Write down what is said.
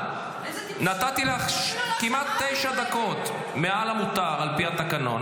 נתתי לך כמעט תשע דקות מעל המותר על פי התקנון.